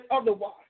otherwise